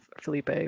Felipe